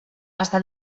està